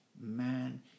man